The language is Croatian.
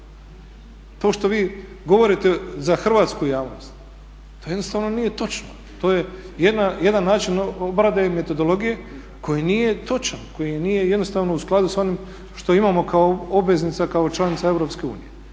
To što vi govorite za hrvatsku javnost to jednostavno nije točno, to je jedan način obrade ili metodologije koji nije točan, koji nije jednostavno u skladu sa onim što imamo kao obveznica, kao članica EU.